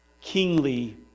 kingly